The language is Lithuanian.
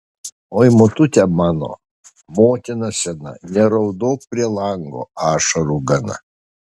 oi motute mano motina sena neraudok prie lango ašarų gana